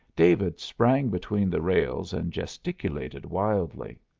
david sprang between the rails and gesticulated wildly.